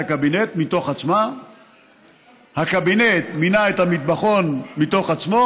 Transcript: הקבינט מתוך עצמה והקבינט מינה את המטבחון מתוך עצמו,